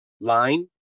line